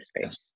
space